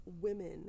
women